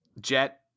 Jet